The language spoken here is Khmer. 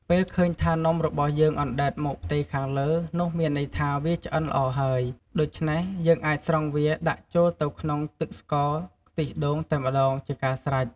ពេលឃើញថា នំរបស់យើងអណ្ដែតមកផ្ទៃខាងលើ នោះមានន័យថា វាឆ្អិនល្អហើយ ដូច្នេះ យើងអាចស្រង់វាដាក់ចូលទៅក្នុងទឹកស្ករខ្ទិះដូងតែម្ដងជាការស្រេច។